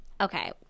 Okay